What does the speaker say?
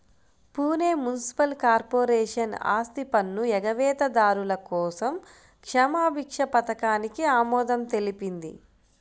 Pune municipal corporation ఆస్తిపన్ను ఎగవేతదారుల కోసం క్షమాభిక్ష పథకానికి ఆమోదం తెలిపింది